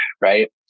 right